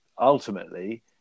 ultimately